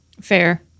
Fair